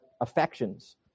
affections